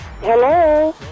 Hello